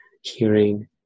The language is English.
hearing